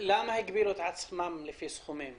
למה הגבילו את עצמם לפי סכומים?